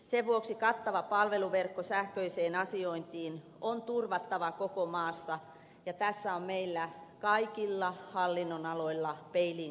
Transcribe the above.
sen vuoksi kattava palveluverkko sähköiseen asiointiin on turvattava koko maassa ja tässä on meillä kaikilla hallinnonaloilla peiliin katsomisen paikka